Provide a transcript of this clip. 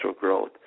growth